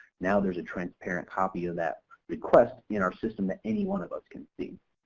now there's a transparent copy of that request in our system that anyone of us can see.